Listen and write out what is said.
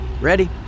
Ready